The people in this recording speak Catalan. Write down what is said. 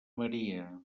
maria